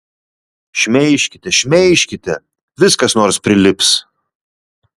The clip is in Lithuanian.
šmeižkite šmeižkite vis kas nors prilips